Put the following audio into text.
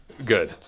Good